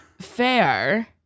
Fair